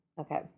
Okay